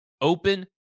open